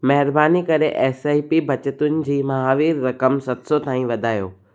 महिरबानी करे S I P बचतुनि जी महावीर रक़म सत सौ ताईं वधायो